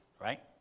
right